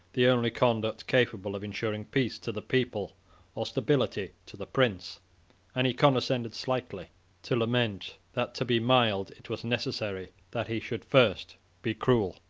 the only conduct capable of insuring peace to the people or stability to the prince and he condescended slightly to lament, that to be mild, it was necessary that he should first be cruel.